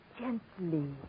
Gently